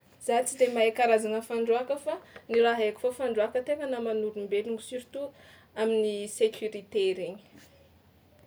Za tsy de mahay karazagna fandroàka fa ny raha haiko fao fandroàka tena naman'olombelona surtout amin'ny sécurité regny.